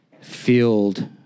filled